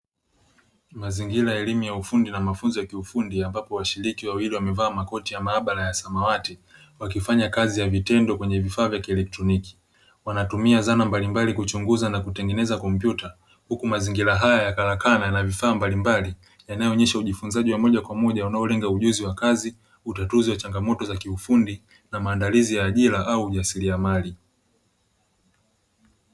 Mazingira ya elimu ya ufundi na mafunzo ya kiufundi ambapo washiriki wawili wamevaa makoti ya maabara ya samawati, wakifanya kazi ya vitendo kwenye vifaa vya kielektroniki. Wanatumia zana mbalimbali kuchunguza na kutengeneza kompyuta, huku mazingira haya ya karakana yana vifaa mbalimbali yanayoonesha ujifunzaji wa mmoja kwa mmoja unaolenga ujuzi wa kazi, utatuzi wa changamoto za kiufundi na maandalizi ya ajira au ujasiriamali.